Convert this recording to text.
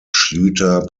schlüter